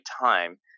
time